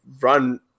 run